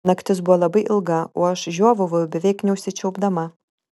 naktis buvo labai ilga o aš žiovavau beveik neužsičiaupdama